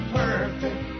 perfect